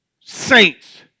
saints